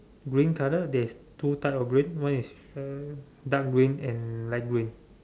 green colour there is two type of green one is uh dark green and light green